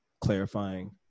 clarifying